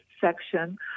section